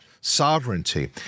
sovereignty